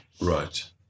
Right